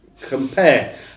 compare